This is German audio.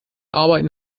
arbeiten